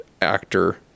actor